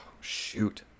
shoot